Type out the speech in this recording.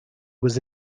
was